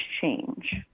change